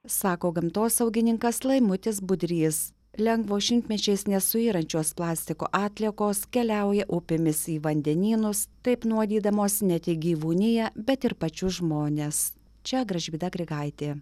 sako gamtosaugininkas laimutis budrys lengvos šimtmečiais nesuyrančios plastiko atliekos keliauja upėmis į vandenynus taip nuodydamos ne tik gyvūniją bet ir pačius žmones čia gražvyda grigaitė